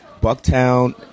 Bucktown